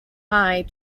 high